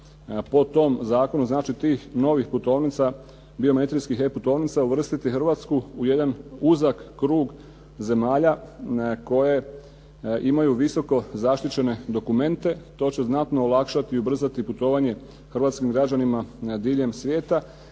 po tom zakonu znači tih novih putovnica biometrijskih E putovnica uvrstiti Hrvatsku u jedan uzak krug zemalja koje imaju visoko zaštićene dokumente, to će znatno olakšati i ubrzati putovanje hrvatskim građanima diljem svijeta,